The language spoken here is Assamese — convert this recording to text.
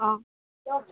অঁ